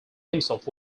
himself